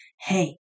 hey